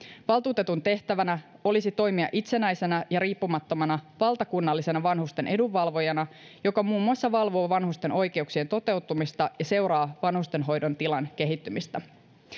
valtuutetun tehtävänä olisi toimia itsenäisenä ja riippumattomana valtakunnallisena vanhusten edunvalvojana joka muun muassa valvoo vanhusten oikeuksien toteutumista ja seuraa vanhustenhoidon tilan kehittymistä